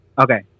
Okay